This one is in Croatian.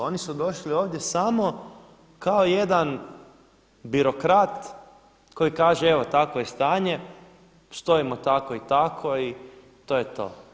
Oni su došli ovdje samo kao jedan birokrat koji kaže evo takvo je stanje, stojimo tako i tako i to je to.